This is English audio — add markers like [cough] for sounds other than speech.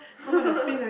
[laughs]